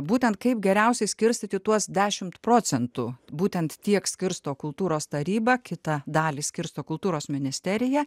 būtent kaip geriausiai skirstyti tuos dešimt procentų būtent tiek skirsto kultūros taryba kitą dalį skirsto kultūros ministerija